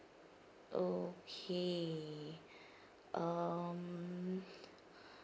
okay um